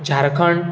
Jharkhand